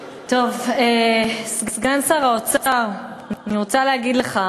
טוב, סגן שר האוצר, אני רוצה להגיד לך